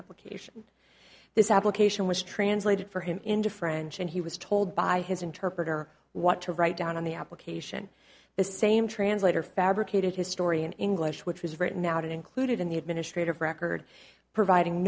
application this application was translated for him into french and he was told by his interpreter what to write down on the application the same translator fabricated historian english which was written out included in the administrative record providing